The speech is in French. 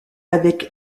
avec